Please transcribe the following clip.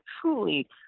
truly